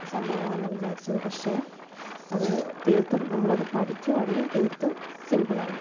സംഭവമാന്ന് വിചാരിച്ചത് പക്ഷേ അത് തീർത്തും നമ്മളത് പഠിക്കുവാണെങ്കിൽ തീർത്തും സിംപിളാണ്